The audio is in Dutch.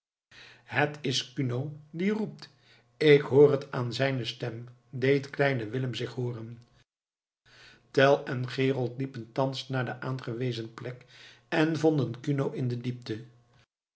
het is kuno die roept ik hoor het aan zijne stem deed kleine willem zich hooren tell en gerold liepen thans naar de aangewezen plek en vonden kuno in de diepte